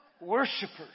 worshipers